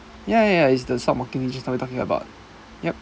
ya ya ya it's the stock market just now we talking about yup